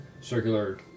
circular